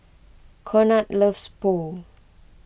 Conard loves Pho